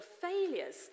failures